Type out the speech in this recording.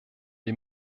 die